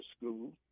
school